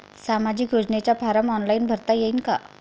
सामाजिक योजनेचा form online भरता येईन का?